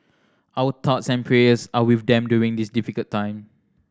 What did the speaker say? our thoughts and prayers are with them during this difficult time